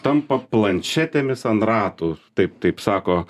tampa planšetėmis an ratų taip taip sako